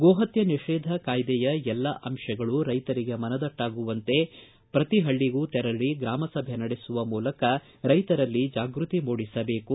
ಗೋಹತ್ತೆ ನಿಷೇಧ ಕಾಯ್ದೆಯ ಎಲ್ಲ ಅಂಶಗಳನ್ನು ರೈತರಿಗೆ ಮನದಟ್ಟಾಗುವಂತೆ ಕಾಯ್ದೆಯ ಬಗ್ಗೆ ಪ್ರತಿ ಹಳ್ಳಗಳಗೂ ತೆರಳಿ ಗ್ರಾಮಸಭೆ ನಡೆಸುವ ಮೂಲಕ ರೈತರಲ್ಲಿ ಜಾಗೃತಿ ಮೂಡಿಸಬೇಕು